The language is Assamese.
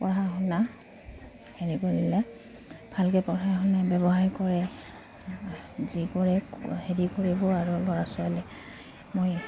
পঢ়া শুনা হেৰি কৰিলে ভালকৈ পঢ়া শুনা ব্যৱসায় কৰে যি কৰে হেৰি কৰিব আৰু ল'ৰা ছোৱালীয়ে মই